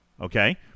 okay